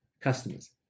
customers